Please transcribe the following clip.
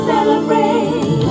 Celebrate